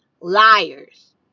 Liars